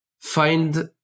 find